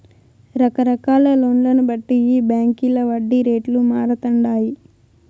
రకరకాల లోన్లను బట్టి ఈ బాంకీల వడ్డీ రేట్లు మారతండాయి